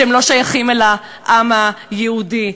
שהם לא שייכים לעם היהודי?